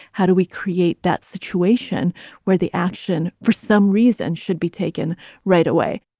how do we create that situation where the action for some reason should be taken right away?